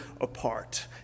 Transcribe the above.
apart